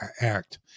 act